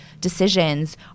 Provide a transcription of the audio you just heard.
decisions